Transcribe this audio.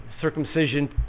circumcision